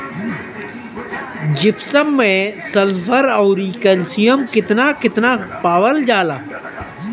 Gypsum मैं sulphur औरी calcium कितना कितना पावल जाला?